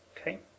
Okay